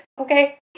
Okay